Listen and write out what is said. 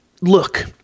look